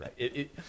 right